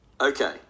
okay